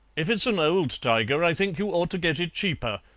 if it's an old tiger i think you ought to get it cheaper.